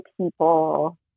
people